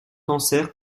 cancer